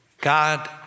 God